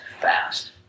fast